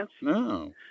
No